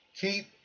Keep